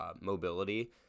mobility